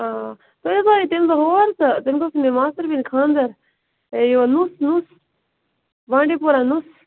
آ تُہۍ حظ وٲتِو تمہِ دۄہ ہور تہٕ تمہِ دۄہ اوس مےٚ ماستٕر بیٚنہِ خانٛدر اے یور لُس لُس بانٛڈی پورہ لُس